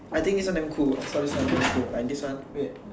I think this one damn cool I saw this one damn cool like this one wait